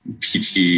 PT